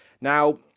Now